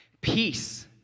peace